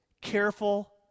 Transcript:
careful